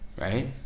right